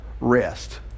rest